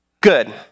Good